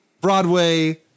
Broadway